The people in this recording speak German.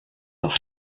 auf